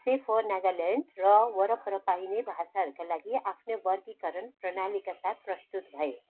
safer Nagaland र वरपर पाइने भाषाहरूका लागि आफ्नै वर्गीकरण प्रणालीका साथ प्रस्तुत भए